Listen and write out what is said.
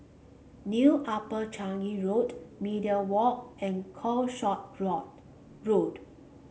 New Upper Changi Road Media Walk and Calshot Road